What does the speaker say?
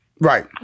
Right